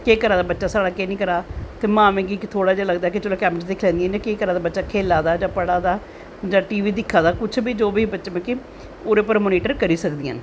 केह् करा दा बच्चा साढ़ा केह् नी करा दा ते मावें गी थोह्ड़ा जा लगदा कि कैमरे च दिक्खी लैंदियां कि केह् करा दा बच्चा खेला दा ऐ जां पढ़ा दा ऐ जां टी बी दिक्खा दा जो बी कुश बी ओह्दे पर मोनिटर करी सकदियां न